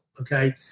Okay